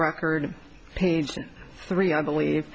record page three i believe